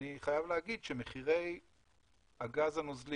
אני חייב להגיד שמחירי הגז הנוזלי,